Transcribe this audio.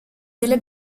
delle